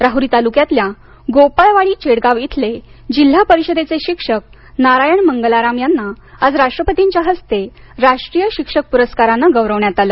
राहुरी तालुक्यातल्या गोपाळवाडी चेडगाव इथले जिल्हा परिषदेचे शिक्षक नारायण मंगलाराम यांना आज राष्ट्रपतींच्या हस्ते राष्ट्रीय शिक्षक पुरस्कारानं गौरवण्यात आलं